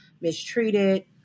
mistreated